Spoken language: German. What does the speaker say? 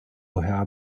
herr